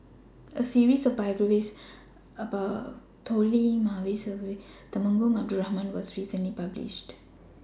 A series of biographies about Toh Liying Mavis Khoo Oei and Temenggong Abdul Rahman was recently published